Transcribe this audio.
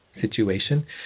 situation